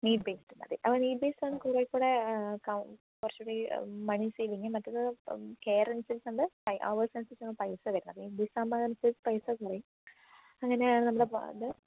need based അതെ ആ need based ആണ് കുറേക്കൂടെ ക കുറച്ചുകൂടി മണി സേവിങ്ങ് മറ്റേത് കെയർ അനുസരിച്ച് നമ്മൾ ഹവേഴ്സ് അനുസരിച്ചാണ് പൈസ വരുന്നത് ഈ നീഡ് ബേസ്ഡ് ആവുമ്പോൾ പൈസ കുറയും അങ്ങനെയാണ് നമ്മൾ അത്